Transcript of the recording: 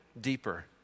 deeper